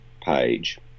page